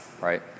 right